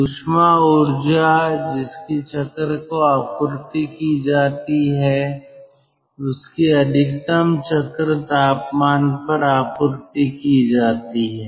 ऊष्मा ऊर्जा जिसकी चक्र को आपूर्ति की जाती है उसकी अधिकतम चक्र तापमान पर आपूर्ति की जाती है